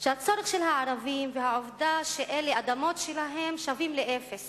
שהצורך של הערבים והעובדה שהאדמות הן שלהם שווים לאפס